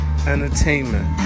Entertainment